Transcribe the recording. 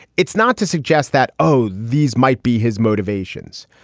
it's not to suggest that, oh, these might be his motivations.